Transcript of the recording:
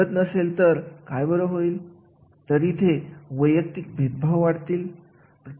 श्री राम शेती तंत्र उद्योग यामध्ये एक असा कर्मचारी असतो जो बॉयलरची देखभाल करतो